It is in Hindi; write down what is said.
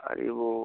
अरे वो